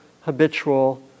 habitual